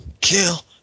kill